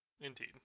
Indeed